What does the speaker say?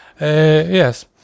Yes